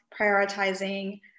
prioritizing